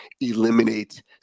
eliminate